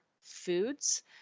foods